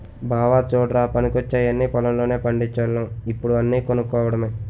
బావా చుడ్రా పనికొచ్చేయన్నీ పొలం లోనే పండిచోల్లం ఇప్పుడు అన్నీ కొనుక్కోడమే